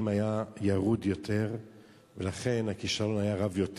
היתה ירודה יותר ולכן הכישלון היה רב יותר כי